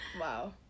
wow